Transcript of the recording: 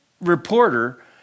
reporter